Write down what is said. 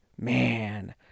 Man